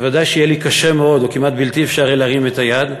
בוודאי שיהיה לי קשה מאוד או כמעט בלתי אפשרי להרים את היד.